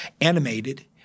animated